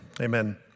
Amen